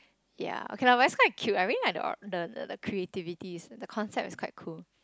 ya okay lah but is quite cute I really like the the creativities the concept is quite cool